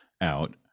out